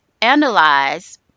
analyze